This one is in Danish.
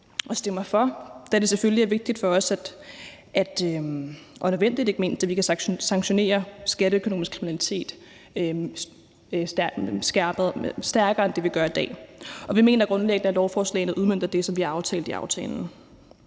os og nødvendigt, at man kan sanktionere skatteøkonomisk kriminalitet stærkere end det, man gør i dag, og vi mener grundlæggende, at lovforslaget udmønter det, som vi har aftalt i aftalen.